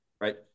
Right